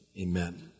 Amen